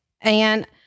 and-